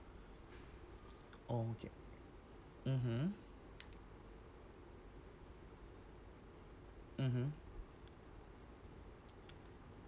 oka~ mmhmm mmhmm